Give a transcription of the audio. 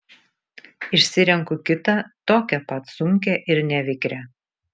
išsirenku kitą tokią pat sunkią ir nevikrią